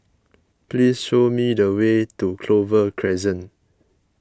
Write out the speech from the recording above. please show me the way to Clover Crescent